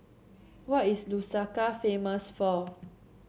what is Lusaka famous for